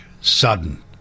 sudden